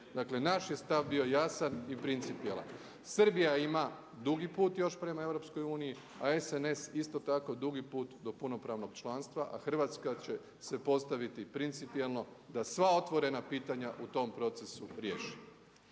Dakle naš je stav bio jasan i principijelan. Srbija ima dugi put još prema EU, a SNS isto tako dugi put do punopravnog članstva, a Hrvatska će se postaviti principijelno da sva otvorena pitanja u tom procesu riješi.